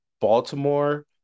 Baltimore